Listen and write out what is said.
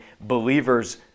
believers